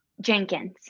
Jenkins